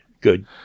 good